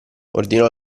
ordinò